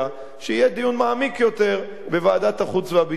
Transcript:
שיהיה דיון מעמיק יותר בוועדת החוץ והביטחון.